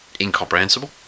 incomprehensible